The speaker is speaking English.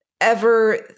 ever-